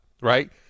right